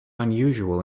unusual